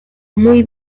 muy